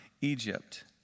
Egypt